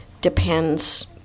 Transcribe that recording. Depends